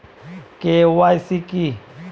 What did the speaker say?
KYC কি?